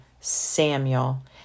Samuel